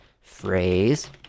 phrase